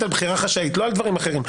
על בחירה חשאית ולא על דברים אחרים.